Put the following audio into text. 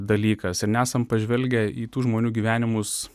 dalykas ir nesam pažvelgę į tų žmonių gyvenimus